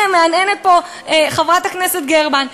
הנה, מהנהנת פה חברת הכנסת גרמן.